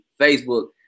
Facebook